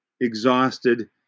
exhausted